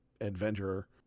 adventurer